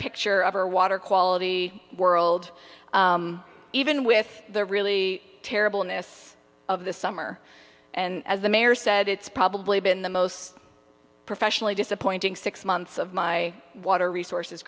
picture of our water quality world even with the really terrible illness of the summer and as the mayor said it's probably been the most professionally disappointing six months of my water resources